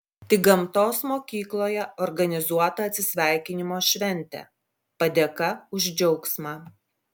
tik gamtos mokykloje organizuota atsisveikinimo šventė padėka už džiaugsmą